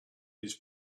his